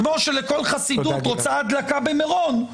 כמו שכל חסידות רוצה הדלקה במירון,